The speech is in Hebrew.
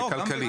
זה כלכלי.